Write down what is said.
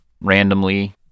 randomly